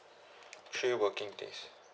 three working days